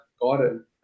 garden